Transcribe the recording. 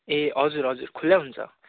ए हजुर हजुर खुला हुन्छ